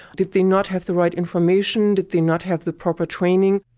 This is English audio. did they not have the right information? did they not have the proper training?